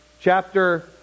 Chapter